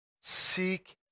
Seek